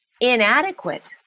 inadequate